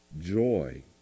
joy